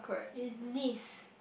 is this